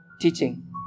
teaching